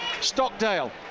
Stockdale